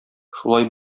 шулай